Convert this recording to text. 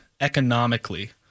economically